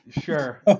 Sure